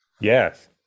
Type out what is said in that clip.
Yes